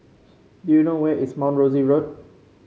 do you know where is Mount Rosie Road